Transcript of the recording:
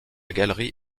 galerie